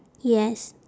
yes